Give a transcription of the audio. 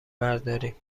برداریم